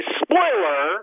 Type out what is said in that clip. spoiler